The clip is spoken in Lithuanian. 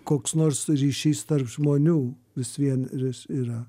koks nors ryšys tarp žmonių vis vien ris yra